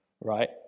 right